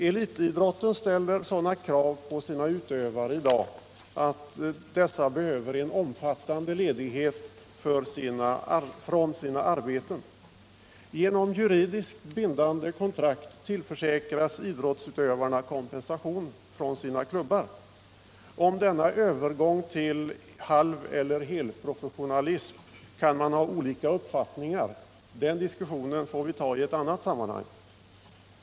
Elitidrotten ställer i dag sådana krav på sina utövare att dessa behöver en omfattande ledighet från sina arbeten. Genom juridiskt bindande kontrakt tillförsäkras idrottsutövarna kompensation från sina klubbar. Om denna övergång till halveller helprofessionalism kan man ha olika uppfattningar — den diskussionen får vi ta i ett annat sammanhang.